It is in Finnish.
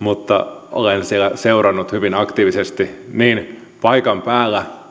mutta olen siellä seurannut hyvin aktiivisesti näitä marjanpoimijoita niin paikan päällä